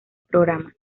programa